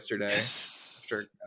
yesterday